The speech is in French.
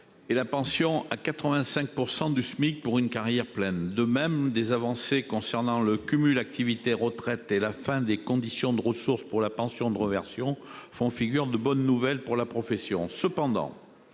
minimale à 85 % du SMIC pour une carrière pleine. De même, les avancées concernant le cumul entre activité et retraite, ainsi que la fin des conditions de ressources pour la pension de réversion sont autant de bonnes nouvelles pour la profession.